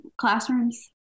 classrooms